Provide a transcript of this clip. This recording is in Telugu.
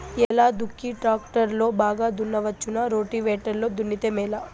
ఎలా దుక్కి టాక్టర్ లో బాగా దున్నవచ్చునా రోటివేటర్ లో దున్నితే మేలా?